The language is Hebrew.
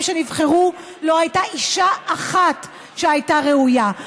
שנבחרו לא הייתה אישה אחת שהייתה ראויה.